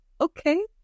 okay